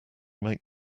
make